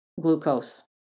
glucose